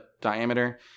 diameter